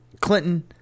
Clinton